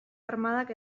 armadak